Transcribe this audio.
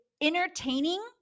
entertaining